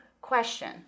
question